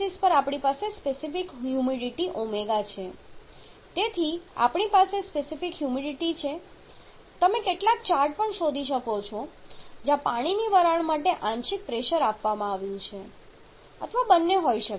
vertical axis પર આપણી પાસે સ્પેસિફિક હ્યુમિડિટી ω છે તેથી આપણી પાસે સ્પેસિફિક હ્યુમિડિટી છે તમે કેટલાક ચાર્ટ પણ શોધી શકો છો જ્યાં પાણીની વરાળ માટે આંશિક પ્રેશર આપવામાં આવ્યું છે અથવા બંને હોઈ શકે છે